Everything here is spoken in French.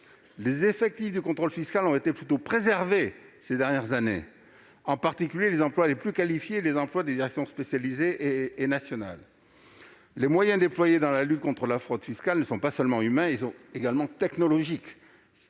les effectifs dédiés au contrôle fiscal ont été plutôt préservés ces dernières années, en particulier les emplois les plus qualifiés des directions spécialisées et nationales. Deuxièmement, les moyens déployés dans la lutte contre la fraude fiscale ne sont pas seulement humains, mais aussi technologiques.